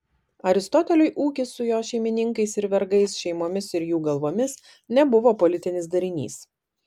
aristoteliui ūkis su jo šeimininkais ir vergais šeimomis ir jų galvomis nebuvo politinis darinys